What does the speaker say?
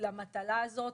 למטלה הזו.